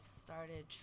started